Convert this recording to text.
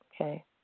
okay